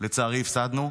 לצערי הפסדנו.